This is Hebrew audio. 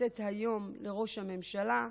שנעשית היום לראש הממשלה,